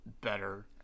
better